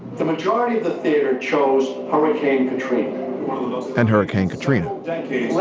the majority of the theater chose hurricane katrina and hurricane katrina